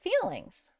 feelings